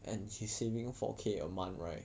and he's saving four K a month right